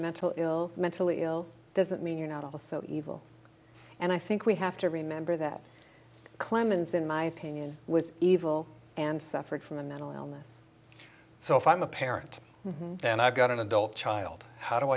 mental ill mentally ill doesn't mean you're not also evil and i think we have to remember that clemens in my opinion was evil and suffered from a mental illness so if i'm a parent and i've got an adult child how do